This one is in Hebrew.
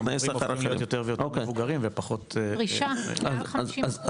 המורים הופכים להיות יותר ויותר מבוגרים ופחות --- מעל 50% פרישה.